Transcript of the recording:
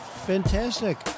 Fantastic